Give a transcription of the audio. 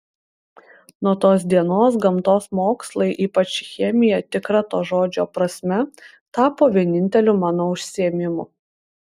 nuo tos dienos gamtos mokslai ypač chemija tikra to žodžio prasme tapo vieninteliu mano užsiėmimu